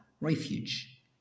refuge